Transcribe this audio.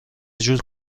جور